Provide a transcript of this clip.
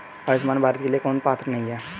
आयुष्मान भारत के लिए कौन पात्र नहीं है?